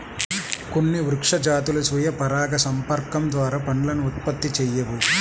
కొన్ని వృక్ష జాతులు స్వీయ పరాగసంపర్కం ద్వారా పండ్లను ఉత్పత్తి చేయవు